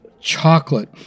chocolate